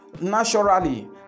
naturally